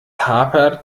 hapert